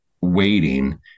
Waiting